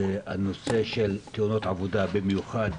הנושא של תאונות עבודה, במיוחד